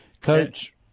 Coach –